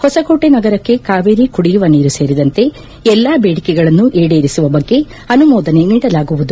ಹೊಸಕೋಟೆ ನಗರಕ್ಕೆ ಕಾವೇರಿ ಕುಡಿಯುವ ನೀರು ಸೇರಿದಂತೆ ಎಲ್ಲಾ ಬೇಡಿಕೆಗಳನ್ನು ಈಡೇರಿಸುವ ಬಗ್ಗೆ ಅನುಮೋದನೆ ನೀಡಲಾಗುವುದು